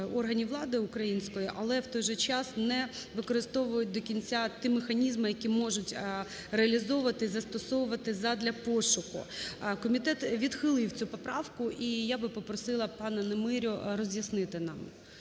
органів влади української, але в той же час не використовують до кінця ті механізми, які можуть реалізовувати і застосовувати задля пошуку. Комітет відхилив цю поправку, і я би попросила пана Немирю роз'яснити нам